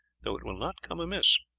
though it will not come amiss.